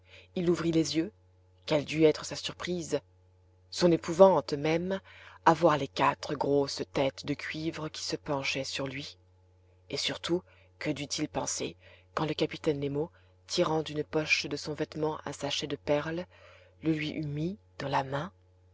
il ouvrit les yeux quelle dut être sa surpris je son épouvante même à voir les quatre grosses têtes de cuivre qui se penchaient sur lui et surtout que dut-il penser quand le capitaine nemo tirant d'une poche de son vêtement un sachet de perles le lui eut mis dans la main